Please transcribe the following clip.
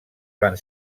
van